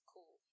Cool